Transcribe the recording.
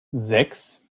sechs